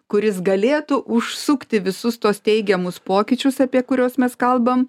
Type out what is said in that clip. kuris galėtų užsukti visus tuos teigiamus pokyčius apie kuriuos mes kalbam